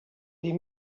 des